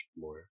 more